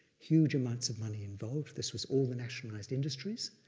huge amounts of money involved. this was all the nationalized industries,